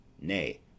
nay